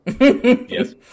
Yes